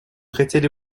хотели